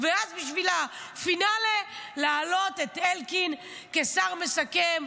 ואז בשביל הפינאלה להעלות את אלקין כשר מסכם.